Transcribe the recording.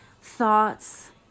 thoughts